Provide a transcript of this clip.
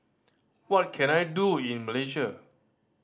what can I do in Malaysia